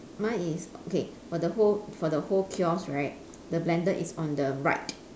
mine is okay for the whole for the whole kiosk right the blender is on the right